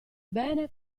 bene